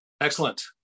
Excellent